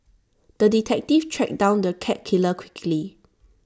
the detective tracked down the cat killer quickly